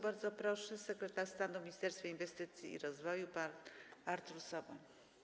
Bardzo proszę, sekretarz stanu w Ministerstwie Inwestycji i Rozwoju pan Artur Soboń.